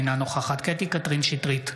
אינה נוכחת קטי קטרין שטרית,